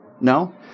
no